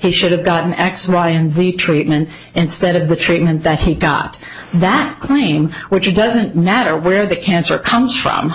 he should have gotten x y and z treatment instead of the treatment that he got that claim which it doesn't matter where the cancer comes from